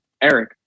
Eric